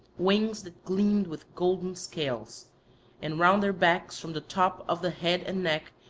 wings that gleamed with golden scales and round their backs from the top of the head and neck,